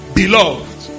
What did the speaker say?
beloved